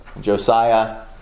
Josiah